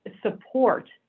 support